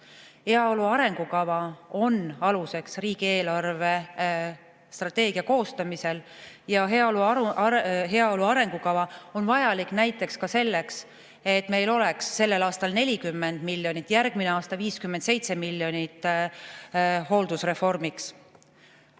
Heaolu arengukava on aluseks riigi eelarvestrateegia koostamisel. Heaolu arengukava on vajalik näiteks ka selleks, et meil oleks sellel aastal 40 miljonit, järgmisel aastal 57 miljonit hooldusreformiks.